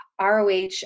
roh